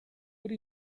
what